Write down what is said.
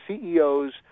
CEOs